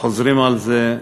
וחוזרים על זה,